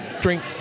drink